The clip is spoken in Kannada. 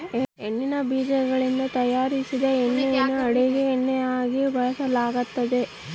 ಎಳ್ಳಿನ ಬೀಜಗಳಿಂದ ತಯಾರಿಸಿದ ಎಣ್ಣೆಯನ್ನು ಅಡುಗೆ ಎಣ್ಣೆಯಾಗಿ ಬಳಸಲಾಗ್ತತೆ